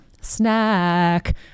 Snack